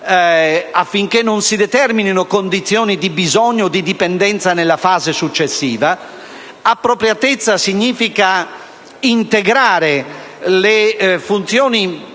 affinché non si determinino condizioni di bisogno o di dipendenza nella fase successiva. «Appropriatezza» significa integrare le funzioni: